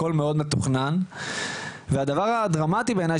הכל מאוד מתוכנן והדבר הדרמטי בעיני,